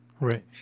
Right